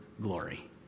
glory